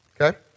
okay